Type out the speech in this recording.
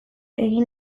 egin